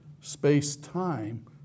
space-time